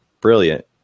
brilliant